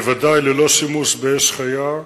ודאי ללא שימוש באש חיה,